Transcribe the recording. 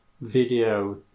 video